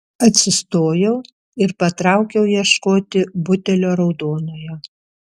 atsistojau ir patraukiau ieškoti butelio raudonojo